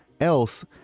else